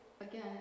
again